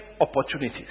opportunities